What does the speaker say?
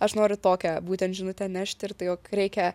aš noriu tokią būtent žinutę nešt ir tai jog reikia